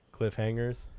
cliffhangers